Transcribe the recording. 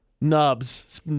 nubs